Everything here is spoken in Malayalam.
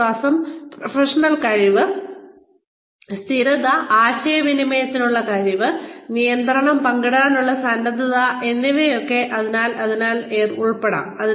വിശ്വാസം പ്രൊഫഷണൽ കഴിവ് സ്ഥിരത ആശയവിനിമയത്തിനുള്ള കഴിവ് നിയന്ത്രണം പങ്കിടാനുള്ള സന്നദ്ധത എന്നിവയൊക്കെ അതിനാൽ അതിൽ ഉൾപ്പെടാം